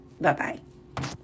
Bye-bye